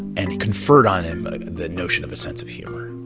and he conferred on him the notion of a sense of humor.